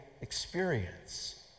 experience